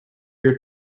your